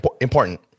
Important